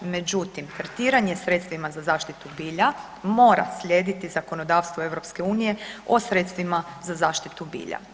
Međutim, tretiranja sredstvima za zaštitu bilja, mora slijediti zakonodavstva EU-a o sredstvima za zaštitu bilja.